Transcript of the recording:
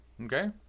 okay